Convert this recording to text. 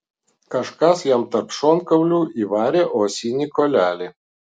kažkas jam tarp šonkaulių įvarė uosinį kuolelį